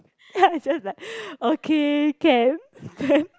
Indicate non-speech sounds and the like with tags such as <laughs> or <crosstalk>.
<laughs> then I just like okay can then